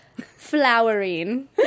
flowering